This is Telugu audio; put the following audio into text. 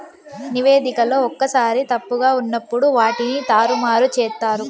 నివేదికలో ఒక్కోసారి తప్పుగా ఉన్నప్పుడు వాటిని తారుమారు చేత్తారు